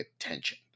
attention